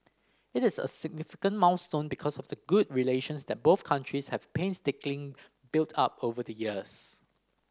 it is a significant milestone because of the good relations that both countries have painstakingly built up over the years